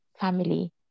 family